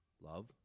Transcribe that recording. love